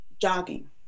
jogging